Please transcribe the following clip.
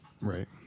Right